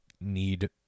need